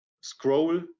scroll